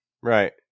Right